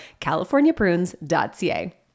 californiaprunes.ca